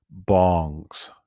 Bongs